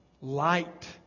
Light